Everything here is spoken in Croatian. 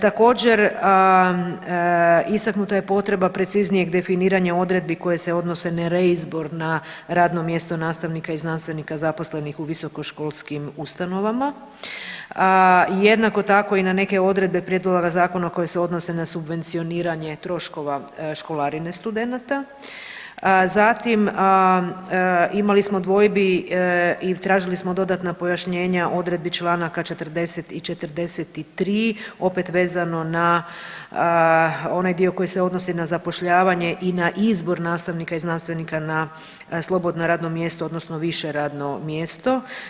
Također istaknuta je potreba preciznijeg definiranja odredbi koje se odnose na reizbor na radno mjesto nastavnika i znanstvenika zaposlenih u visokoškolskim ustanovama i jednako tako i na neke odredbe prijedloga zakona koje se odnose na subvencioniranje troškova školarine studenata, zatim imali smo dvojbi i tražili smo dodatna pojašnjenja odredbi čl. 40 i 43., opet vezano na onaj dio koji se odnosi na zapošljavanje i na izbor nastavnika i znanstvenika na slobodno radno mjesto odnosno više radno mjesto.